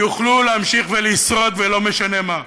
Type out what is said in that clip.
יוכלו להמשיך ולשרוד, ולא משנה מה.